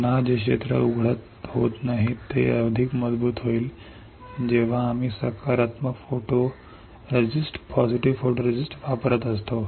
पुन्हा जे क्षेत्र उघड होत नाही ते अधिक मजबूत होईल जेव्हा आपण सकारात्मक फोटोरिस्ट वापरत असतो